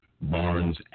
Barnes